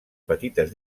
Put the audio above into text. petites